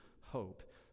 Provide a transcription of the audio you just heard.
hope